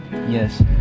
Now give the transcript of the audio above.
Yes